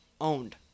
owned